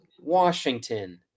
washington